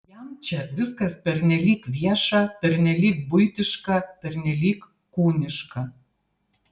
jam čia viskas pernelyg vieša pernelyg buitiška pernelyg kūniška